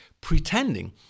pretending